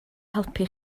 helpu